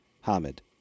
Hamid